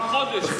בחודש.